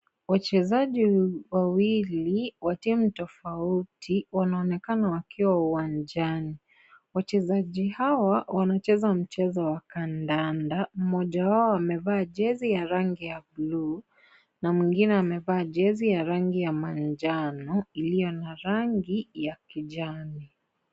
Wachezaji wawili wa timu tofauti wanaonekana wakiwa uwanjani. Wachezaji hawa wanacheza mchezo wa kandanda. Mmoja wao amevaa jezi ya rangi ya buluu na mwingine amevaa jezi ya rangi ya manjano iliyo na rangi ya kijani.